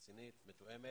רצינית, מתואמת